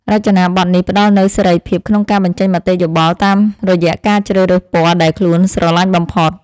រចនាប័ទ្មនេះផ្តល់នូវសេរីភាពក្នុងការបញ្ចេញមតិយោបល់តាមរយៈការជ្រើសរើសពណ៌ដែលខ្លួនស្រឡាញ់បំផុត។